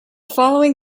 following